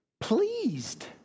pleased